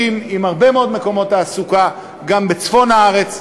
עם הרבה מאוד מקומות תעסוקה גם בצפון הארץ,